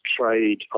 trade